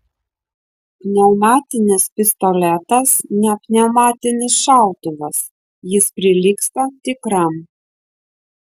pneumatinis pistoletas ne pneumatinis šautuvas jis prilygsta tikram